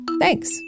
Thanks